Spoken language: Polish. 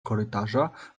korytarza